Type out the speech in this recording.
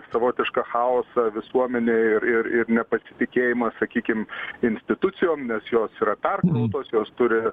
savotišką chaosą visuomenėj ir ir ir nepasitikėjimą sakykim institucijom nes jos yra perkrautos jos turi